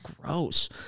gross